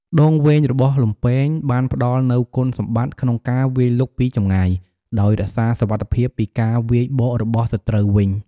ដងវែងរបស់លំពែងបានផ្ដល់នូវគុណសម្បត្តិក្នុងការវាយលុកពីចម្ងាយ ដោយរក្សាសុវត្ថិភាពពីការវាយបករបស់សត្រូវវិញ។